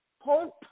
hope